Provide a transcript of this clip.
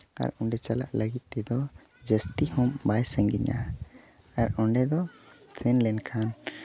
ᱟᱨ ᱚᱸᱰᱮ ᱪᱟᱞᱟᱜ ᱞᱟᱹᱜᱤᱫ ᱛᱮᱫᱚ ᱡᱟᱹᱥᱛᱤ ᱦᱚᱸ ᱵᱟᱭ ᱥᱟᱺᱜᱤᱧᱟ ᱟᱨ ᱚᱸᱰᱮ ᱫᱚ ᱥᱮᱱ ᱞᱮᱱᱠᱷᱟᱱ